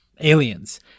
aliens